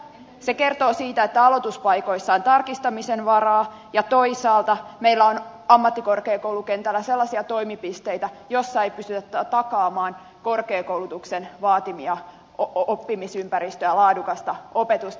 se kertoo siitä että aloituspaikoissa on tarkistamisen varaa ja toisaalta meillä on ammattikorkeakoulukentällä sellaisia toimipisteitä joissa ei pystytä takaamaan korkeakoulutuksen vaatimia oppimisympäristöä ja laadukasta opetusta